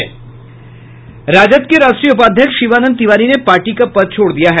राजद के राष्ट्रीय उपाध्यक्ष शिवानंद तिवारी ने पार्टी का पद छोड़ दिया है